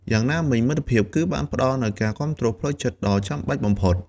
យ៉ាងណាមិញមិត្តភាពគឺបានផ្ដល់នូវការគាំទ្រផ្លូវចិត្ត ដ៏ចាំបាច់បំផុត។